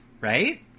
right